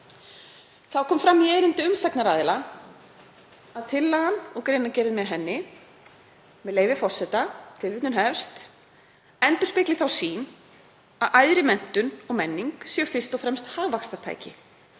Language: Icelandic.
Þá kom fram í erindi umsagnaraðila að tillagan og greinargerðin með henni, með leyfi forseta: „… endurspegl[i] þá sýn að æðri menntun og menning séu fyrst og fremst hagvaxtartæki.